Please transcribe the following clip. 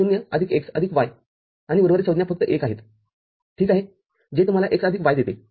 तर ० आदिक x आदिक y आणि उर्वरित संज्ञा फक्त १ आहेत ठीक आहेजे तुम्हाला x आदिक y देते